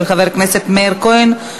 של חבר הכנסת מאיר כהן,